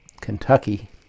Kentucky